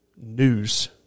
news